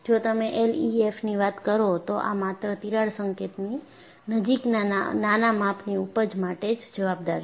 જો તમે એલઈએફએમ ની વાત કરો તો આ માત્ર તિરાડ સંકેતની નજીકના નાના માપની ઊપજ માટે જ જવાબદાર છે